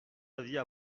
aviez